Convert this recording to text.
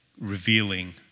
revealing